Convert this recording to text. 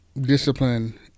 discipline